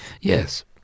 Yes